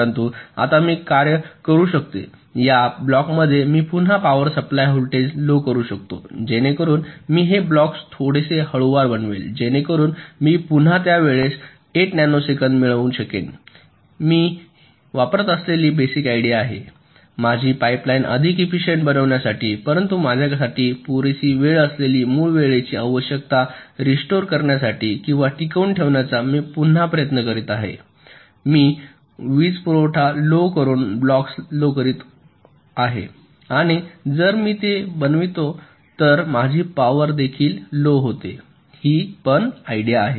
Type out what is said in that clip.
परंतु आता मी काय करू शकते या ब्लॉक्समध्ये मी पुन्हा पॉवर सप्लाय व्होल्टेज लो करू शकतो जेणेकरून मी हे ब्लॉक थोडेसे हळूवार बनवेल जेणेकरून मी पुन्हा त्या वेळेस 8 नॅनो सेकंद मिळवू शकेन ही मी वापरत असलेली बेसिक आयडिया आहे माझी पाईपलाईन अधिक इफिसिएंट बनविण्यासाठी परंतु माझ्यासाठी पुरेशी वेळ असलेली मूळ वेळेची आवश्यकता रिस्टोअर करण्यासाठी किंवा टिकवून ठेवण्याचा मी पुन्हा प्रयत्न करीत आहे मी वीजपुरवठा लो करून ब्लॉक्स लो करतो आणि जर मी ते बनवीतो तर माझी पॉवर देखील लो होते हि पण आयडिया आहे